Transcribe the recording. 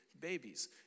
babies